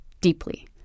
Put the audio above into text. deeply